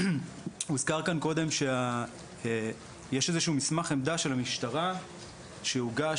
הוזכר כאן שיש מסמך עמדה של המשטרה שהוגש,